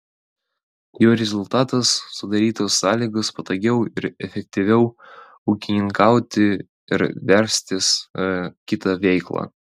jo rezultatas sudarytos sąlygos patogiau ir efektyviau ūkininkauti ir verstis kita veikla